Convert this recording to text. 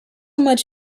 much